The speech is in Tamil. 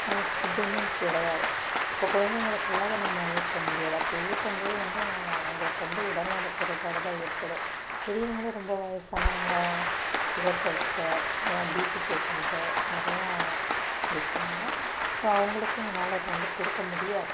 ஃபுட்டுமே கிடையாது இப்போ குழந்தைங்களுக்கெல்லாம் அதை நம்ம ஊட்ட முடியாது அப்படி ஊட்டும்போது வந்து அவர்களுக்கு வந்து உடல்நலக் குறைப்பாடு தான் ஏற்படும் பெரியவர்களும் ரொம்ப வயதானவங்க சுகர் பேஷண்ட்டு ஆ பிபி பேஷண்ட்டு நிறையா இருக்காங்க ஸோ அவர்களுக்கு எங்கனால் இதை வந்து கொடுக்க முடியாது